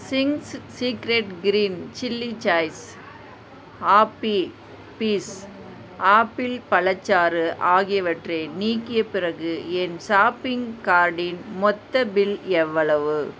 Ching's secret green chilli sauce Appy Fizz apple பழச்சாறு ஆகியவற்றை நீக்கிய பிறகு என் ஷாப்பிங் கார்ட்டின் மொத்த பில் எவ்வளவு